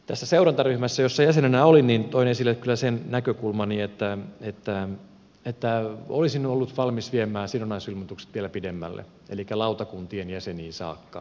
tässä seurantaryhmässä jossa jäsenenä olin toin kyllä esille sen näkökulmani että olisin ollut valmis viemään sidonnaisuusilmoitukset vielä pidemmälle elikkä lautakuntien jäseniin saakka